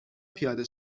پیاده